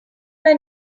our